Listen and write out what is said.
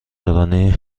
رانی